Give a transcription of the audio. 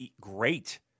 great